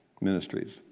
ministries